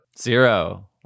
Zero